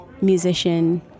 musician